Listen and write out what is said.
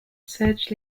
serge